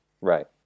right